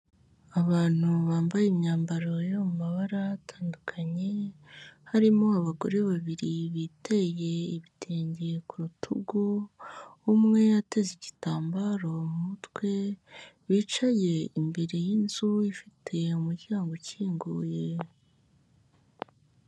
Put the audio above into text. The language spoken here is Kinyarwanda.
Abantu bambaye imyambaro yo mu mabara atandukanye, harimo abagore babiri biteye ibitenge ku rutugu umwe ateze igitambaro mu mutwe, wicaye imbere y'inzu ifite umuryango ukinguye.